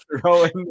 throwing